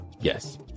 Yes